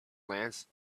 glance